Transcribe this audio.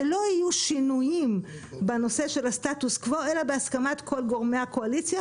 שלא יהיו שינויים בנושא של הסטטוס קוו אלא בהסכמת כל גורמי הקואליציה.